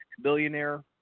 billionaire